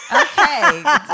okay